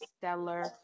stellar